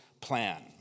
plan